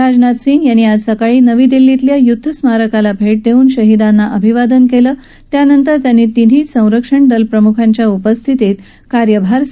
राजनाथ सिंह यांनी आज सकाळी नवी दिल्लीतल्या य्द्ध स्मारकाला भेट देऊन शहिदांना अभिवादन केलं त्यानंतर त्यांनी तिन्ही संरक्षण दल प्रमुखांच्या उपस्थितीत कार्यभार स्वीकारला